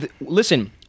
Listen